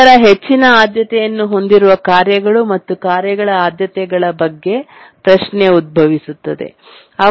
ನಂತರ ಹೆಚ್ಚಿನ ಆದ್ಯತೆಯನ್ನು ಹೊಂದಿರುವ ಕಾರ್ಯಗಳು ಮತ್ತು ಕಾರ್ಯಗಳ ಆದ್ಯತೆಗಳ ಬಗ್ಗೆ ಪ್ರಶ್ನೆ ಉದ್ಭವಿಸುತ್ತದೆ